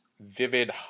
vivid